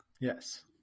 Yes